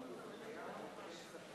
בבקשה, סגן שר האוצר חבר הכנסת יצחק כהן.